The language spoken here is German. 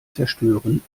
zerstören